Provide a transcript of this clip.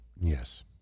Yes